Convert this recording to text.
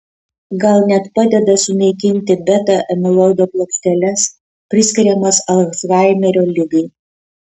gal net padeda sunaikinti beta amiloido plokšteles priskiriamas alzhaimerio ligai